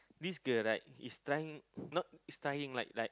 this girl right is trying not is trying like like